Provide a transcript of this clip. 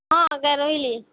ହଁ ଆଜ୍ଞା ରହିଲି